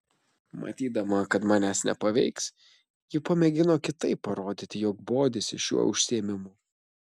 matydama kad manęs nepaveiks ji pamėgino kitaip parodyti jog bodisi šiuo užsiėmimu